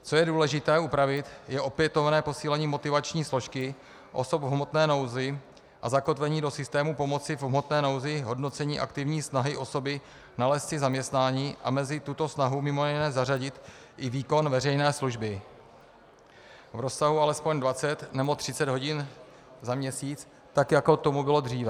Co je důležité upravit, je opětovné posílení motivační složky osob v hmotné nouzi a zakotvení do systému pomoci v hmotné nouzi hodnocení aktivní snahy osoby nalézt si zaměstnání a mezi tuto snahu mimo jiné zařadit i výkon veřejné služby v rozsahu alespoň 20 nebo 30 hodin za měsíc, tak jako tomu bylo dříve.